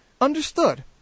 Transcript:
Understood